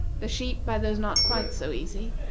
the sheep by those not quite so easy,